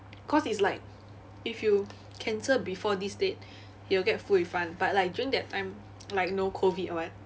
cause it's like if you cancel before this date you'll get full refund but like june that time like no COVID [what]